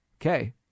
Okay